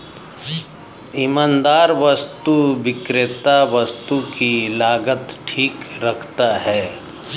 ईमानदार वस्तु विक्रेता वस्तु की लागत ठीक रखता है